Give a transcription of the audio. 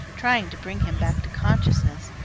trying to bring him back to consciousness,